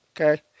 Okay